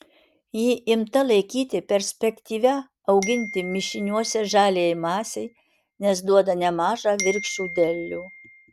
ji imta laikyti perspektyvia auginti mišiniuose žaliajai masei nes duoda nemažą virkščių derlių